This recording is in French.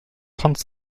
trente